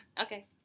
Okay